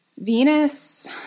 Venus